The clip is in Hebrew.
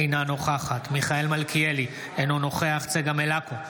אינה נוכחת מיכאל מלכיאלי, אינו נוכח צגה מלקו,